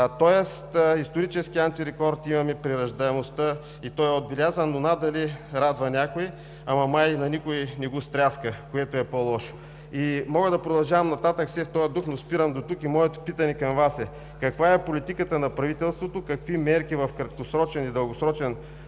Тоест исторически антирекорд имаме при раждаемостта и той е отбелязан, но надали радва някой, май никого не стряска, което е по-лошо. Мога да продължавам нататък в този дух, но спирам дотук. Моето питане към Вас е: каква е политиката на правителството? Какви мерки в краткосрочен и дългосрочен